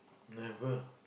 never